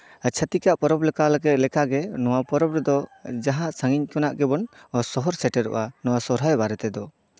ᱪᱷᱟᱹᱛᱤᱠ ᱟᱜ ᱯᱚᱨᱚᱵᱽ ᱞᱮᱠᱷᱟ ᱜᱮ ᱱᱚᱣᱟ ᱯᱚᱨᱚᱵᱽ ᱨᱮᱫᱚ ᱡᱟᱦᱟᱸ ᱥᱟᱹᱜᱤᱧ ᱠᱷᱚᱱᱟᱜ ᱜᱮᱵᱚᱱ ᱥᱚᱦᱚᱨ ᱥᱮᱴᱮᱨᱚᱜᱼᱟ ᱥᱚᱦᱨᱟᱭ ᱵᱟᱨᱮ ᱛᱮᱫᱚ